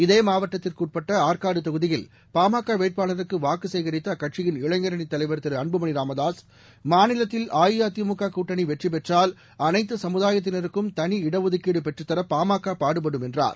இதேமாவட்டத்திற்குஉட்பட்டஆற்காடுதொகுதியில் பாமகவேட்பாளருக்குவாக்குசேகரித்தஅக்கட்சியின் இளைஞரணித் தலைவர் திருஅன்புமனிராமதாஸ் மாநிலத்தில் அஇஅதிமுககூட்டணிவெற்றிபெற்றால் அனைத்துசமுதாயத்தினருக்கும் தனி இடஒதுக்கீடுபெற்றுத்தரபாமகபாடுபடும் என்றார்